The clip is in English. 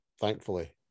thankfully